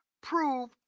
prove